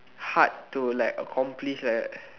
hard to like accomplish like that